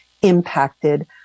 impacted